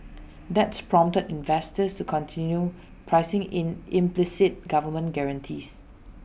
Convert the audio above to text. that's prompted investors to continue pricing in implicit government guarantees